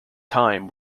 thyme